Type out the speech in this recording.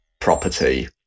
property